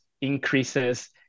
increases